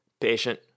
patient